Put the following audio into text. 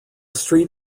street